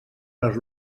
les